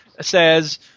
says